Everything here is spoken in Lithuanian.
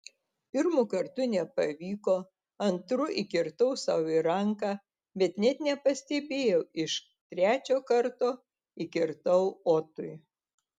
pirmu kartu nepavyko antru įkirtau sau į ranką bet net nepastebėjau iš trečio karto įkirtau otui